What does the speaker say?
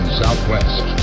southwest